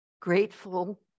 grateful